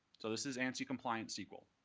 so this is ansi compliant sql,